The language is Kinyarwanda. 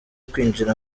kwinjira